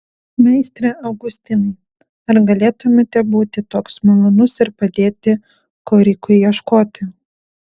meistre augustinai ar galėtumėte būti toks malonus ir padėti korikui ieškoti